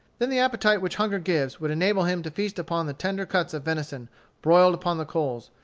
then the appetite which hunger gives would enable him to feast upon the tender cuts of venison broiled upon the coals,